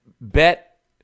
bet